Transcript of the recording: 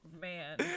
man